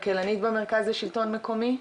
כלכלנית במרכז לשלטון מקומי.